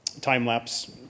time-lapse